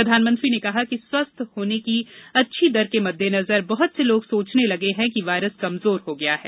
प्रधानमंत्री ने कहा कि स्वस्थ होने की अच्छी दर के मद्देनजर बहुत से लोग सोचने लगे हैं कि वायरस कमजोर हो गया है